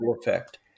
effect